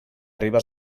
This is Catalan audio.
ribes